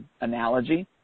analogy